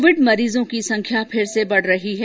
Covid मरीजों की संख्या फिर से बढ़ रही है